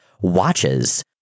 watches